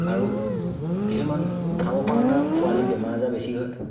আৰু কিছুমান ফাৰ্মৰ পৰা অনা পোৱালি বেমাৰ আজাৰ বেছি হয়